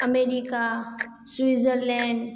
America Switzerland